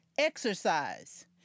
exercise